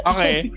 Okay